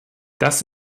das